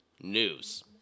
news